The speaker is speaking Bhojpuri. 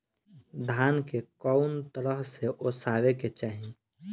धान के कउन तरह से ओसावे के चाही?